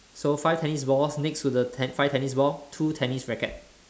so five tennis balls next to the five tennis ball two tennis racket